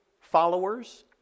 followers